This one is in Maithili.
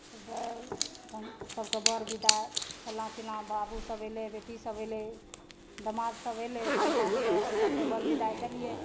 तऽ तहन सब के बर बिदाइ फल्ला चिल्ला बाबू सब अयलै बेटी सब अयलै दामाद सब अयलै तऽ हुनका सब के सब के बर बिदाइ देलियै